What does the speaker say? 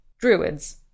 Druids